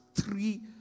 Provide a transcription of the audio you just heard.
three